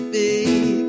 big